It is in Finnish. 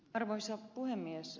arvoisa puhemies